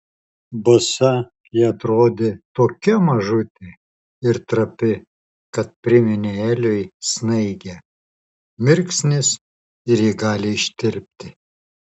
basa ji atrodė tokia mažutė ir trapi kad priminė eliui snaigę mirksnis ir ji gali ištirpti